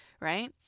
right